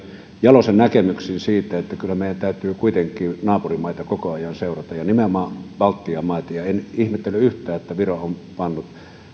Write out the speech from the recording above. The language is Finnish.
jalosen näkemyksiin siitä että kyllä meidän täytyy kuitenkin naapurimaita koko ajan seurata ja nimenomaan baltian maita en ihmettele yhtään että viro on pannut nämä